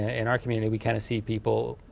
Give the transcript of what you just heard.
in our community we kind of see people